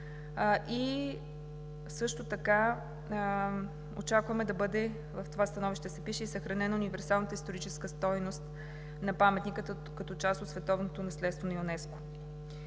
Също така очакваме – в становището пише, че е съхранена универсалната историческа стойност на паметника като част от световното наследство на ЮНЕСКО.